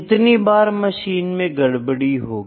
कितनी बार मशीन में गड़बड़ी होगी